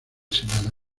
semana